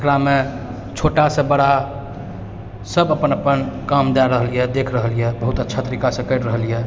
ओकरामे छोटासँ बड़ा सब अपन अपन काम दए रहल यऽ देख रहल यऽ बहुत अच्छा तरीकासँ करि रहल यऽ